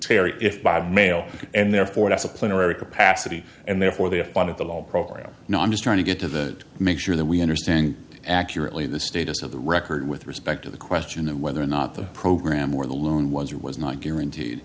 terry if by mail and therefore disciplinary capacity and therefore they have one of the loan program not just trying to get to the make sure that we understand accurately the status of the record with respect to the question of whether or not the program or the loan was or was not guaranteed